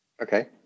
Okay